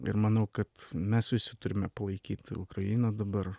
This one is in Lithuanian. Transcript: ir manau kad mes visi turime palaikyt ukrainą dabar